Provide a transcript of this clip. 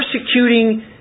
persecuting